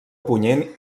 punyent